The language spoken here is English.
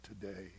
today